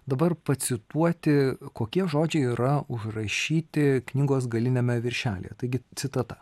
dabar pacituoti kokie žodžiai yra užrašyti knygos galiniame viršelyje taigi citata